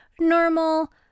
normal